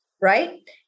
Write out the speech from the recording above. Right